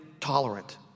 tolerant